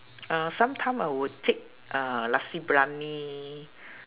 uh sometime I will take uh nasi briyani